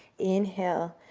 inhale.